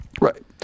Right